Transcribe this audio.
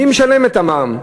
מי משלם את המע"מ?